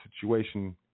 situation